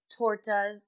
tortas